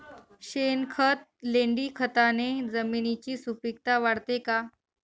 शेणखत, लेंडीखताने जमिनीची सुपिकता वाढते का?